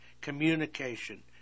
communication